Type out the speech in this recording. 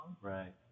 Right